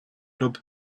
club